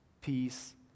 peace